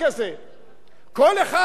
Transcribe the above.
כל אחד יש לו רשימה שלו.